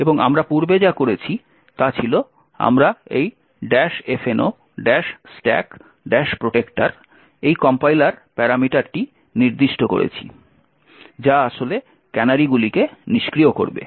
এবং আমরা পূর্বে যা করেছি তা ছিল আমরা এই fno stack protector এই কম্পাইলার প্যারামিটারটি নির্দিষ্ট করেছি যা আসলে ক্যানারিগুলিকে নিষ্ক্রিয় করবে